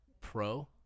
pro